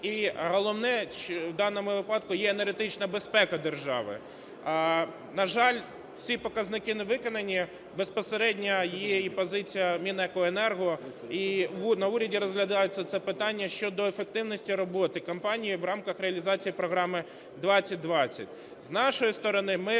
І головне в даному випадку є енергетична безпека держави. На жаль, ці показники не виконані. Безпосередня є й позиція і Мінекоенерго, і на уряді розглядається це питання щодо ефективності роботи компанії в рамках реалізації програми-2020. З нашої сторони ми